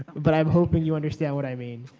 but i'm hoping you understand what i mean.